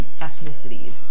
ethnicities